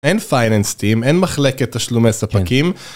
אין Finance team, אין מחלקת תשלומי ספקים.